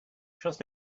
trust